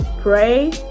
pray